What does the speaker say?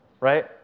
right